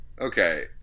Okay